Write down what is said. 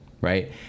right